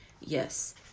Yes